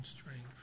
strength